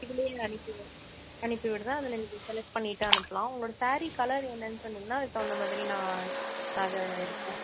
இதுல இதை அனுப்பி அனுப்பி விடுறேன் அதில் நீங்கள் செலக்ட் பண்ணிவிட்டு அனுப்பலாம் உங்களோட சாரீ கலர் என்னன்னு சொன்னீங்கன்னா அதுக்கு தவுந்தமாதிரி நான் நகை எடுக்கிறேன்